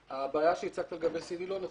הבעיה שהצגת לגבי סין לא נכונה.